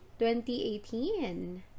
2018